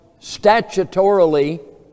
statutorily